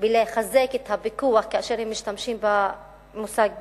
לחזק את הפיקוח, כאשר הם משתמשים במושג פיקוח,